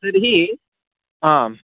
तर्हि आम्